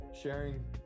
sharing